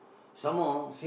some more